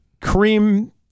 cream